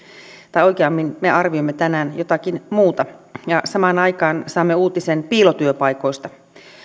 tai oikeammin me arvioimme tänään jotakin muuta ja samaan aikaan saamme uutisen piilotyöpaikoista